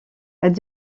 elle